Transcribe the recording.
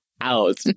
out